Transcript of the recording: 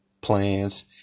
plans